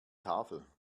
tafel